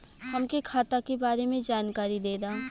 हमके खाता के बारे में जानकारी देदा?